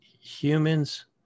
humans